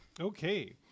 Okay